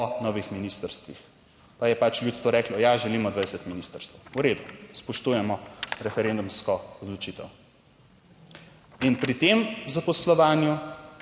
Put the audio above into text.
o novih ministrstvih, pa je pač ljudstvo reklo, ja, želimo 20 ministrstev. V redu, spoštujemo referendumsko odločitev. In pri tem zaposlovanju